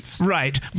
Right